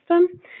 system